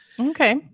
Okay